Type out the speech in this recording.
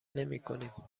نمیکنیم